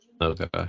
Okay